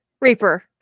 reaper